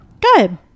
good